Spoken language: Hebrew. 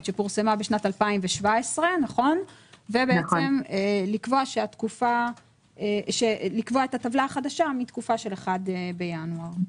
שפורסמה בשנת 2017 ולקבוע את הטבלה החדשה מתקופה של 1 בינואר.